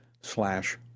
slash